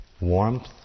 warmth